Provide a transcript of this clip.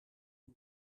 een